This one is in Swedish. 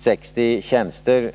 60 tjänster